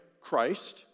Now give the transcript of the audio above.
christ